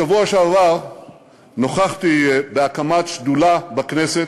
בשבוע שעבר נכחתי בהקמת שדולה בכנסת,